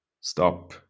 Stop